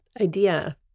idea